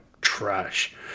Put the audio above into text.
trash